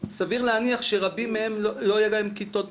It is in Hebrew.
סביר להניח שלרבים מהם לא יהיו כיתות בכלל.